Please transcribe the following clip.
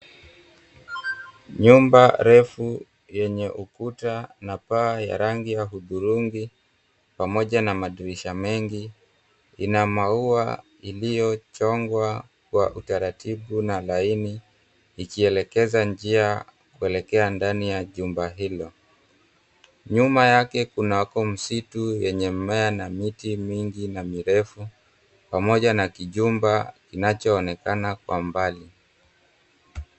Nyumba refu yenye ukuta na paa ya rangi ya hudhurungi, pamoja na madirisha mengi ina maua iliyochongwa kwa utaratibu na laini, ikielekeza njia kuelekea ndani ya jumba hilo. Nyuma yake kunako msitu yenye mmea na miti mingi na mirefu, pamoja na kijumba kinachoonekana kwa mbali.